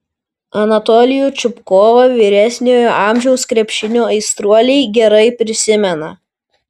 anatolijų čupkovą vyresniojo amžiaus krepšinio aistruoliai gerai prisimena